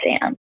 Sam